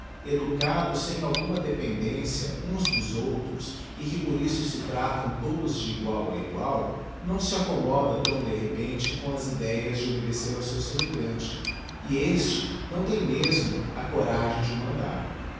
educado sem alguma dependência uns dos outros e que por isso se tratam todos de igual a igual não se accomoda tão de repente com as ideias de obedecer ao seu semelhante e este não tem mesmo a coragem de o mandar